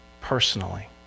personally